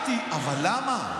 שאלתי, אבל למה?